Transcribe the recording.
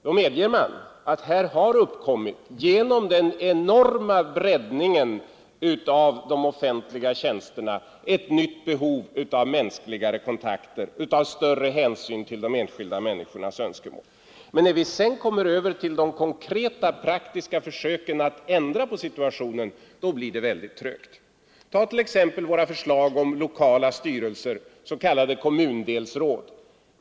Då medger man att det genom den enorma breddningen av de offentliga tjänsterna har uppkommit ett nytt behov, som gäller mänskligare kontakter och större hänsyn till de enskilda människornas önskemål. Men när vi sedan kommer över till de konkreta praktiska försöken att ändra på situationen blir det väldigt trögt. Ta t.ex. våra förslag om lokala styrelser, s.k. kommundelsråd!